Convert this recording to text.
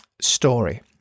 story